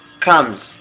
comes